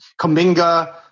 Kaminga